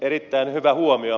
erittäin hyvä huomio